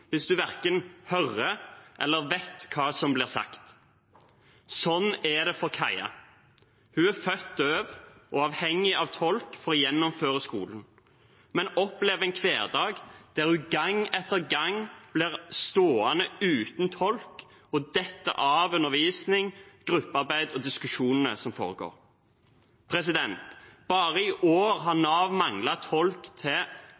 hvis en verken hører eller vet hva som blir sagt? Sånn er det for Kaia. Hun er født døv og er avhengig av tolk for å gjennomføre skolen, men hun opplever en hverdag der hun gang etter gang blir stående uten tolk og detter av undervisning, gruppearbeid og diskusjonene som foregår. Bare i år har Nav manglet tolk til